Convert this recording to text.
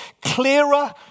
clearer